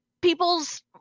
people's